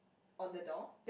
on the door